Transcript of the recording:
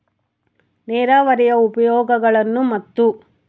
ನೇರಾವರಿಯ ಉಪಯೋಗಗಳನ್ನು ಮತ್ತು?